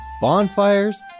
bonfires